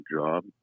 job